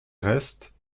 reste